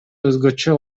өзгөчө